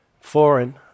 foreign